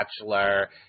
bachelor